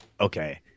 okay